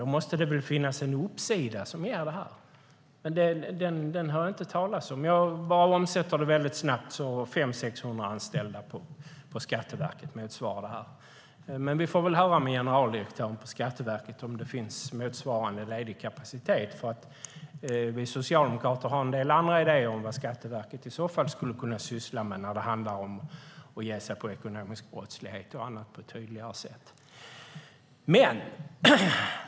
Då måste det väl finnas en uppsida i detta, men den hör jag inte talas om. Jag bara uppskattar väldigt snabbt att det motsvarar 500-600 anställda på Skatteverket, men vi får väl höra med generaldirektören på Skatteverket om det finns motsvarande ledig kapacitet. Vi socialdemokrater har nämligen en del andra idéer om vad Skatteverket i så fall skulle kunna syssla med. Det handlar om att ge sig på ekonomisk brottslighet och annat.